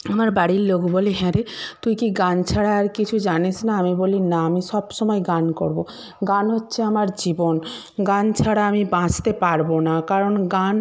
আমার বাড়ির লোক বলে হ্যাঁ রে তুই কি গান ছাড়া আর কিছু জানিস না আমি বলি না আমি সব সময় গান করবো গান হচ্ছে আমার জীবন গান ছাড়া আমি বাঁচতে পারবো না কারণ গান